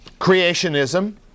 creationism